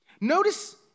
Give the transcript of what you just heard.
Notice